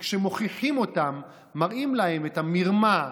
כשמוכיחים אותם ומראים להם את המרמה,